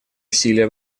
усилия